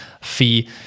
fee